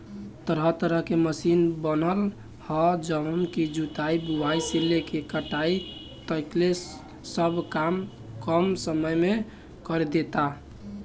तरह तरह के मशीन बनल ह जवन की जुताई, बुआई से लेके कटाई तकले सब काम कम समय में करदेता